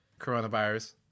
coronavirus